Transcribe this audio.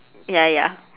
ya ya